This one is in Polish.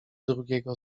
drugiego